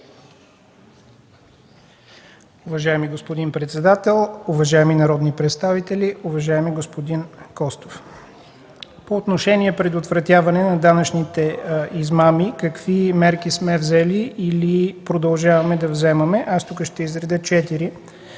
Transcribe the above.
Уважаеми господин председател, уважаеми народни представители, уважаеми господин Костов! По отношение предотвратяване на данъчните измами, какви мерки сме взели или продължаваме да вземаме? Аз тук ще изредя